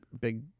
big